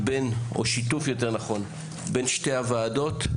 שיתוף בין שתי הוועדות,